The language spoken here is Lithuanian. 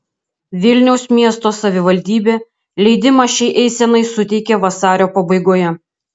vilniaus miesto savivaldybė leidimą šiai eisenai suteikė vasario pabaigoje